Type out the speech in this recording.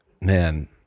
man